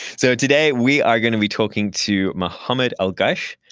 so today, we are going to be talking to mohamed el-geish,